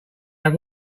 have